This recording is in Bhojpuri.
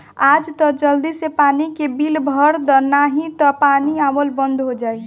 आज तअ जल्दी से पानी के बिल भर दअ नाही तअ पानी आवल बंद हो जाई